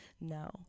No